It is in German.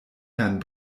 herrn